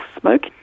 smoke